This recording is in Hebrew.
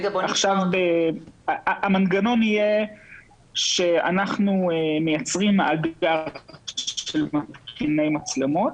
המנגנון יהיה שאנחנו מייצרים מאגר של מתקיני מצלמות.